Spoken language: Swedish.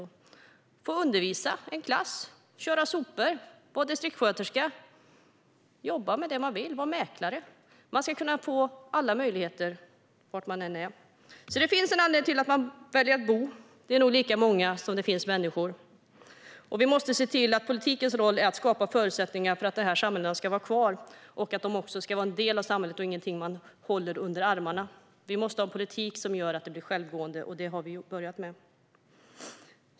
Man kan få undervisa en liten klass eller köra sopor, vara distriktsjuksköterska, mäklare eller jobba med det som man vill. Man ska kunna ha alla möjligheter var man är. Det finns en anledning till att man väljer att bo på landsbygden. Vi måste se till att politikens roll är att skapa förutsättningar för att dessa samhällen ska få vara kvar. De ska vara en del av samhället och ingenting som man håller under armarna. Vi måste ha en politik som gör att landsbygden blir självgående, och det har vi börjat med.